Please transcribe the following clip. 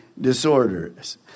disorders